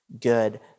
good